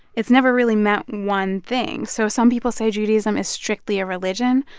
it's never really meant one thing. so some people say judaism is strictly a religion.